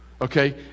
Okay